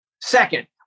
second